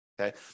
Okay